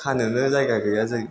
खानोनो जायगा गैया जायो